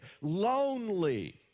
lonely